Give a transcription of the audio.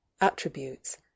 attributes